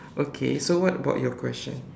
okay so what about your question